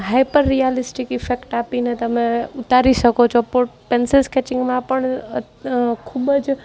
hyper realistic effect આપીને તમે ઉતારી શકો છો પો પેન્સિલ સ્કેચિંગમાં પણ ખૂબ જ